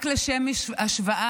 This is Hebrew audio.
רק לשם השוואה,